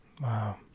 Wow